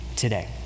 today